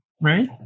right